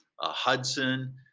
Hudson